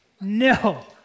No